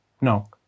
No